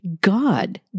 God